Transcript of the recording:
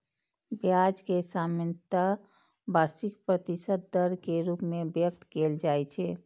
ब्याज कें सामान्यतः वार्षिक प्रतिशत दर के रूप मे व्यक्त कैल जाइ छै